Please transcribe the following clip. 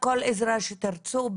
כל עזרה שתרצו,